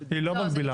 היא לא מקבילה.